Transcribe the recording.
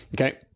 Okay